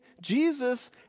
Jesus